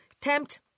tempt